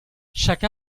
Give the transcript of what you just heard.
chaque